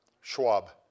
Schwab